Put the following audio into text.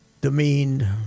demeaned